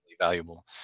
valuable